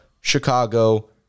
Chicago